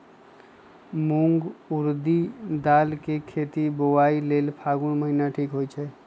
मूंग ऊरडी दाल कें खेती बोआई लेल फागुन महीना ठीक होई छै